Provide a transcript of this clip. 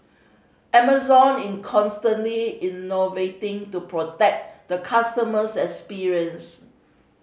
Amazon in constantly innovating to protect the customers experience